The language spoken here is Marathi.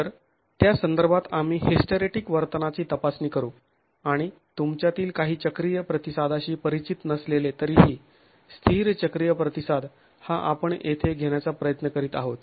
तर त्या संदर्भात आम्ही हिस्टरेटीक वर्तनाची तपासणी करू आणि तुमच्यातील काही चक्रीय प्रतिसादाशी परिचित नसले तरीही स्थिर चक्रीय प्रतिसाद हा आपण येथे घेण्याचा प्रयत्न करीत आहोत